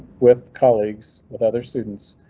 with colleagues with other students,